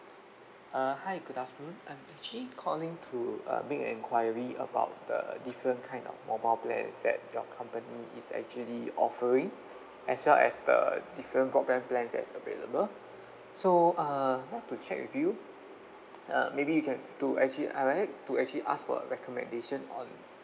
uh hi good afternoon I'm actually calling to uh make an enquiry about the different kind of mobile plans that your company is actually offering as well as the different broadband plans that's available so uh I would like to check with you uh maybe you can to actually I wanted to actually ask for a recommendation on